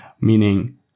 Meaning